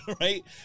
Right